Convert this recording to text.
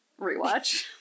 rewatch